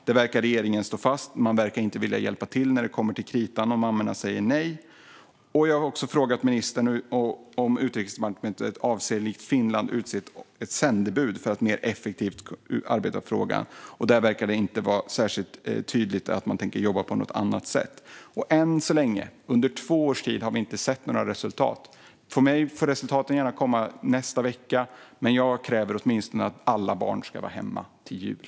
Där verkar regeringen stå fast - man verkar inte vilja hjälpa till när det kommer till kritan och mammorna säger nej. Jag har också frågat ministern om Utrikesdepartementet avser att likt Finland utse ett sändebud för att mer effektivt kunna arbeta med frågan. Det verkar inte särskilt tydligt att man tänker jobba på något annat sätt. Än så länge, under två års tid, har vi inte sett några resultat. För mig får resultaten gärna komma nästa vecka, men jag kräver att alla barn åtminstone ska vara hemma till jul.